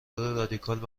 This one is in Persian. رادیکال